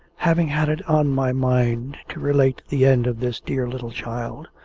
having had it on my mind to relate the end of this dear little child,